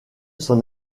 son